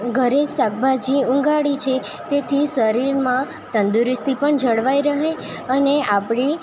ઘરે શાકભાજી ઉગાડી છે તેથી શરીરમાં તંદુરસ્તી પણ જળવાઈ રહે અને આપણી